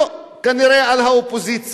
לא, כנראה על האופוזיציה.